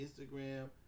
Instagram